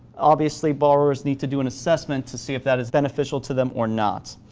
obviously, borrowers need to do an assessment to see if that is beneficial to them or not.